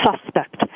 suspect